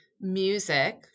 music